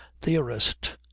theorist